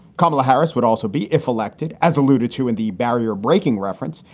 kamala harris would also be, if elected, as alluded to in the barrier breaking reference,